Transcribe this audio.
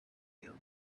you